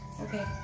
Okay